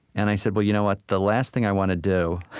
and i said, well, you know what? the last thing i want to do,